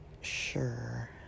sure